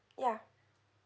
ya